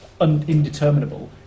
indeterminable